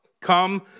Come